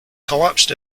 collapsed